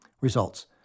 Results